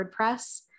WordPress